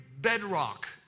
bedrock